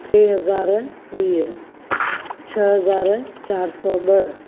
टे हज़ार वीह छह हज़ार चारि सौ ॿ